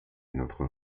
notre